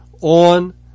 on